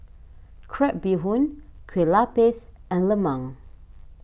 Crab Bee Hoon Kue Lupis and Lemang